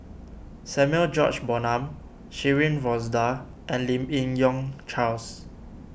Samuel George Bonham Shirin Fozdar and Lim Yi Yong Charles